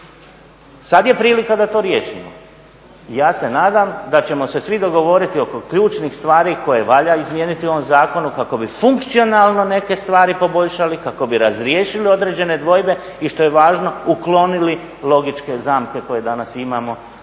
Sada je prilika da to riješimo. I ja se nadam da ćemo se svi dogovoriti oko ključnih stvari koje valja izmijeniti u ovom zakonu kako bi funkcionalno neke stvari poboljšali, kako bi razriješili određene dvojbe i što je važno uklonili logičke zamke koje danas imamo